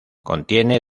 contiene